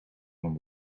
van